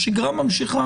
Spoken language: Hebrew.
השגרה ממשיכה.